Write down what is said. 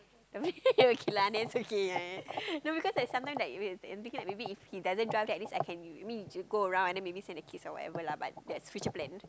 I mean okay lah then it's okay ya ya no because like sometimes like we I'm thinking like maybe if he doesn't drive then at least I can I mean you go around and then maybe send the kids or whatever lah but that's future plan